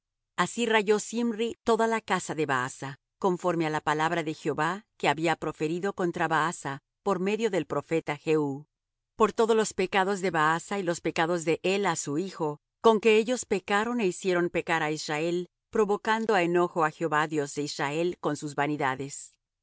así rayó zimri toda la casa de baasa conforme á la palabra de jehová que había proferido contra baasa por medio del profeta jehú por todos los pecados de baasa y los pecados de ela su hijo con que ellos pecaron é hicieron pecar á israel provocando á enojo á jehová dios de israel con sus vanidades